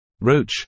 Roach